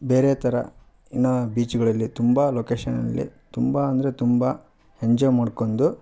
ಬೇರೆ ಥರ ಇನ್ನು ಬೀಚುಗಳಲ್ಲಿ ತುಂಬ ಲೊಕೇಷನಲ್ಲಿ ತುಂಬ ಅಂದರೆ ತುಂಬ ಎಂಜಾಯ್ ಮಾಡ್ಕೊಂಡು